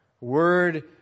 Word